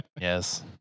Yes